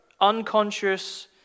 unconscious